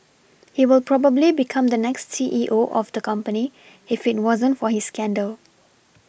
he will probably become the next C E O of the company if it wasn't for his scandal